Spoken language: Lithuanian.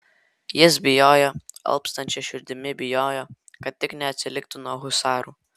jis bijojo alpstančia širdimi bijojo kad tik neatsiliktų nuo husarų